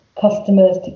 customers